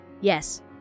Yes